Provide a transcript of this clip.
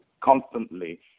constantly